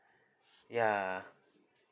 yeah